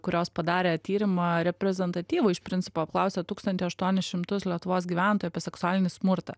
kurios padarė tyrimą reprezentatyvų iš principo apklausė tūkstantį aštuonis šimtus lietuvos gyventojų apie seksualinį smurtą